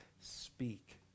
speak